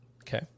Okay